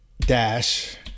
dash